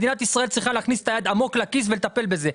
מדינת ישראל צריכה להכניס את היד עמוק לכיס ולטפל בזה,